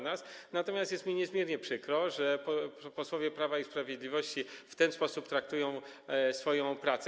Natomiast jest mi niezmiernie przykro, że posłowie Prawa i Sprawiedliwości w ten sposób traktują swoją pracę.